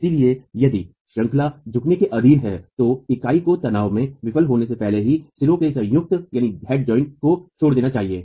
इसलिए यदि श्रंखला झुकने के अधीन है तो इकाई को तनाव में विफल होने से पहले ही सिरों के संयुक्त को छोड़ देना चाहिए